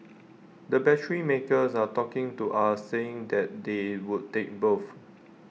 the battery makers are talking to us saying that they would take both